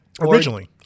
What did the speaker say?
Originally